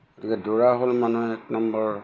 গতিকে দৌৰা হ'ল মানুহে এক নম্বৰ